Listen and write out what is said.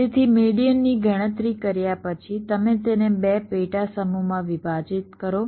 તેથી મેડીઅનની ગણતરી કર્યા પછી તમે તેને 2 પેટા સમૂહમાં વિભાજીત કરો